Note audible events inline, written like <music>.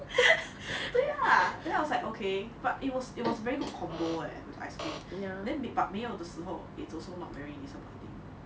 <laughs> 对啦 then I was like okay but it was it was very good combo eh with ice cream then but 没有的时候 it's also not very disappointing